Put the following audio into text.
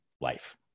life